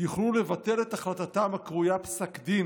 יוכלו לבטל על ידי החלטתם הקרויה 'פסק דין'